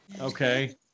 Okay